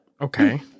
Okay